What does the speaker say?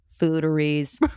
fooderies